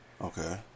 Okay